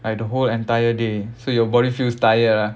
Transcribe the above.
I the whole entire day so your body feels tired lah